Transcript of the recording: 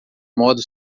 modo